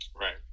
Right